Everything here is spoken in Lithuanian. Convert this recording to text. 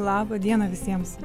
laba diena visiems